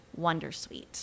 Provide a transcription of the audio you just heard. Wondersuite